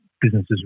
businesses